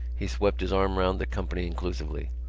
he swept his arm round the company inclusively.